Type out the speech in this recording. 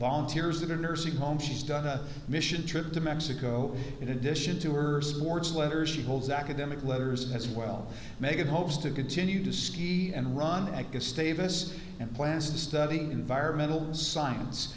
volunteers that are nursing homes she's done a mission trip to mexico in addition to her sports letters she holds academic letters as well make it hopes to continue to ski and run and get status and plans to study environmental science